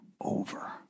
over